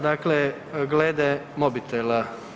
Dakle, glede mobitela.